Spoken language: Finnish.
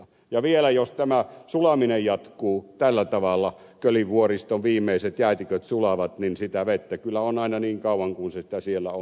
ja vielä jos tämä sulaminen jatkuu tällä tavalla ja kölivuoriston viimeiset jäätiköt sulavat niin sitä vettä kyllä on aina niin kauan kuin sitä siellä on